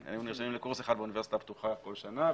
שאנשים היו נרשמים לקורס אחד באוניברסיטה הפתוחה כל שנה,